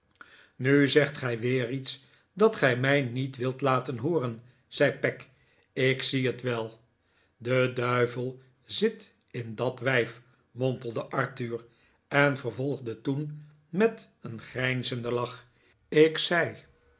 nu zegt gij weer iets dat gij mij niet wilt laten hooren zei peg ik zie het wel de duivel zit in dat wijf mompelde arthur en vervolgde toen met een grijnzenden lach ik zei